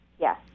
yes